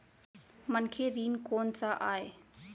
मनखे ऋण कोन स आय?